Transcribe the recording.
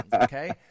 okay